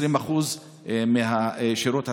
20% בשירות הציבורי,